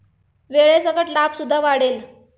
वेळेसकट लाभ सुद्धा वाढेल